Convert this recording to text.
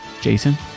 Jason